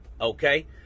Okay